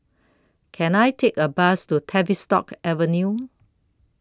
Can I Take A Bus to Tavistock Avenue